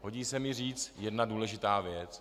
Hodí se mi říci jedna důležitá věc.